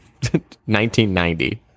1990